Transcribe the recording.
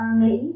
nghĩ